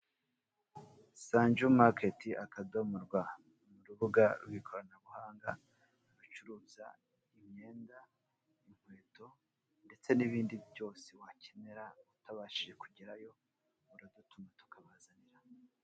SANJUMARKET.RW urubuga rw'ikoranabuhanga rucuruza imyenda, inkweto ndetse n'ibindi byose wakenera utabashije kugerayo muradutuma tukabazanira.